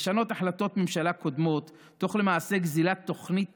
לשנות החלטות ממשלה קודמות תוך גזלת תוכנית